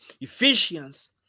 Ephesians